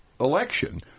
election